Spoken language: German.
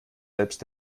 selbst